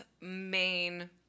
main